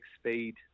speed